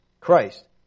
Christ